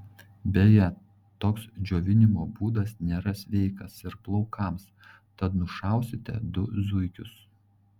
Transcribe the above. beje toks džiovinimo būdas nėra sveikas ir plaukams tad nušausite du zuikius